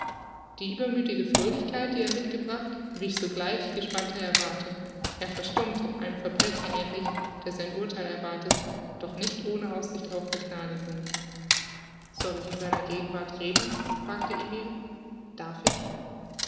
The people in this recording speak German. die übermüthige fröhlichkeit die er mitgebracht wich sogleich gespannter erwartung er verstummte einem verbrecher ähnlich der sein urtheil erwartet doch nicht ohne aussicht auf begnadigung soll ich in seiner gegenwart reden fragte emil darf ich